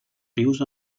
vius